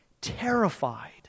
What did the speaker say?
terrified